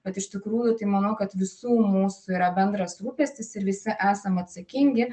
bet iš tikrųjų tai manau kad visų mūsų yra bendras rūpestis ir visi esam atsakingi